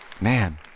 man